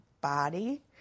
body